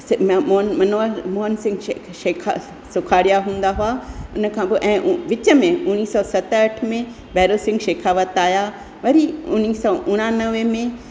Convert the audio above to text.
मोहन मनोहर मोहन सिंग शे शेखा सुखाड़िया बि हूंदा हुआ हिन खां पोइ ऐं उहो विच में उणिवीह सौ सतहठि में भैरव सिंग शेखावत आया वरी उणिवीह सौ उणानवे में